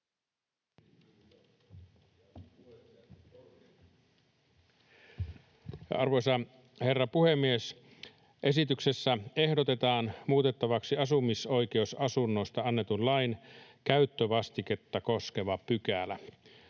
Arvoisa herra puhemies! Esityksessä ehdotetaan muutettavaksi asumisoikeusasunnoista annetun lain käyttövastiketta koskeva pykälä.